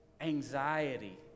Anxiety